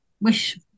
wish